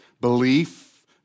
belief